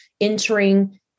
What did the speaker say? entering